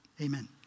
Amen